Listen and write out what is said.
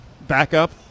backup